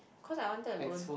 cause I wanted to go